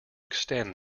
extend